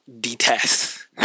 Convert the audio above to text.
detest